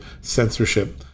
censorship